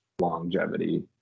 longevity